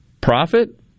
profit